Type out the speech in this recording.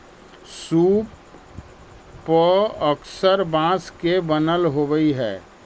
सूप पअक्सर बाँस के बनल होवऽ हई